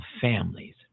families